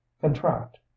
contract